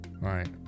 Right